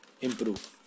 improve